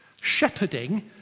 Shepherding